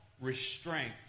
restraint